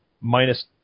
minus